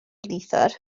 neithiwr